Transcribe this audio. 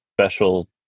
special